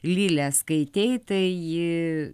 lilę skaitei tai ji